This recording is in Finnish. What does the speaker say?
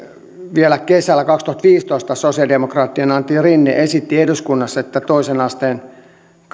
vielä kesällä kaksituhattaviisitoista sosiaalidemokraattien antti rinne esitti eduskunnassa että toisen asteen